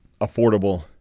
affordable